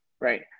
right